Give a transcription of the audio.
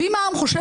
ואם העם חושב